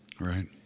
Right